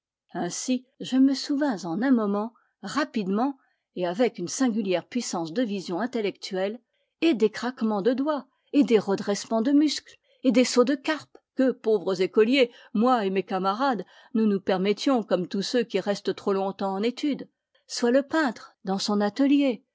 ainsi je me souvins en un moment rapidement et avec une singulière puissance de vision intellectuelle et des craquements de doigts et des redressements de muscles et des sauts de carpe que pauvres écoliers moi et mes camarades nous nous permettions comme tous ceux qui restent trop longtemps en étude soit le peintre dans son atelier